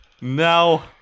No